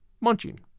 munching